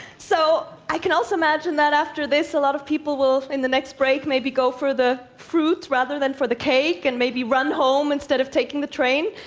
so, i can also imagine that after this a lot of people will, in the next break, maybe go for the fruit rather than for the cake, and maybe run home instead of taking the train.